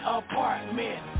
apartment